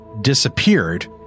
disappeared